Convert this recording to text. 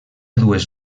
dues